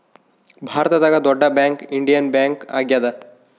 ಭಾರತದಾಗ ದೊಡ್ಡ bank Indian bank ಆಗ್ಯಾದ